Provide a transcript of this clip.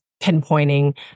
pinpointing